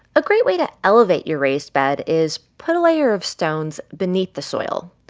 a great way to elevate your raised bed is put a layer of stones beneath the soil.